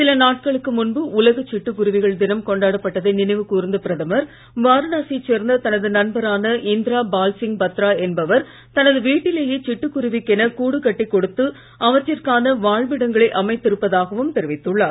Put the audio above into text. சில நாட்களுக்கு முன்பு உலக சிட்டுக் குருவிகள் தினம் கொண்டாடப்பட்டதை நினைவு கூர்ந்த பிரதமர் வாரணாசியைச் சேர்ந்த தனது நண்பரான இந்திர பால் சிங் பத்ரா என்பவர் தனது வீட்டிலேயே சிட்டுக் குருவிக்கு என கூடு கட்டிக் கொடுத்து அவற்றிற்கான வாழ்விடங்களை அமைத்து இருப்பதாகவும் தெரிவித்துள்ளார்